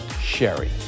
Sherry